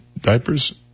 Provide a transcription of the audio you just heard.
diapers